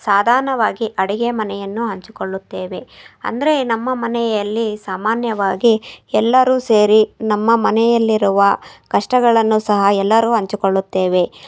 ಸಾಧನವಾಗಿ ಅಡಿಗೆ ಮನೆಯನ್ನು ಹಂಚಿಕೊಳ್ಳುತ್ತೇವೆ ಅಂದರೆ ನಮ್ಮ ಮನೆಯಲ್ಲಿ ಸಾಮಾನ್ಯವಾಗಿ ಎಲ್ಲರೂ ಸೇರಿ ನಮ್ಮ ಮನೆಯಲ್ಲಿರುವ ಕಷ್ಟಗಳನ್ನು ಸಹ ಎಲ್ಲರೂ ಹಂಚಿಕೊಳ್ಳುತ್ತೇವೆ